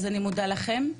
אז אני מודה לכם.